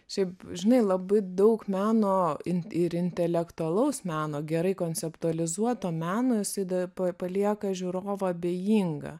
šiaip žinai labai daug meno ir intelektualaus meno gerai konceptualizuoto meno visai palieka žiūrovą abejingą